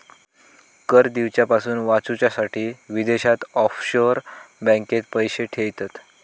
कर दिवच्यापासून वाचूच्यासाठी विदेशात ऑफशोअर बँकेत पैशे ठेयतत